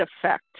effect